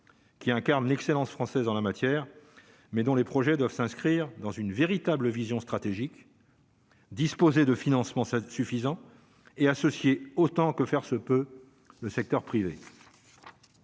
qui incarne l'excellence française en la matière, mais dont les projets doivent s'inscrire dans une véritable vision stratégique. Disposer de financements ça suffisant et autant que faire se peut, le secteur privé.